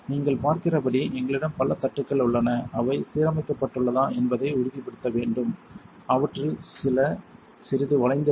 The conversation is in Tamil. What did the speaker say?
நீங்கள் பார்க்கிறபடி எங்களிடம் பல தட்டுகள் உள்ளன அவை சீரமைக்கப்பட்டுள்ளதா என்பதை உறுதிப்படுத்த வேண்டும் அவற்றில் சில சிறிது வளைந்திருக்கும்